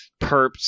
perps